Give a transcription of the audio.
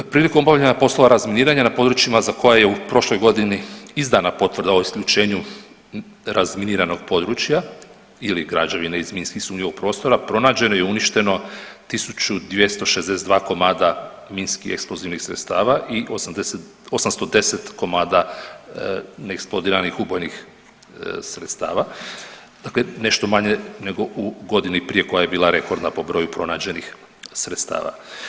Prilikom obavljanja poslova razminiranja na područjima za koja je u prošloj godini izdana potvrda o isključenju razminiranog područja ili građevine iz minski sumnjivog prostora, pronađeno je i uništeno 1262 komada minskih eksplozivnih sredstava i 810 komada neeksplodiranih ubojnih sredstava, dakle nešto manje nego u godini prije koja je bila rekordna po broju pronađenih sredstava.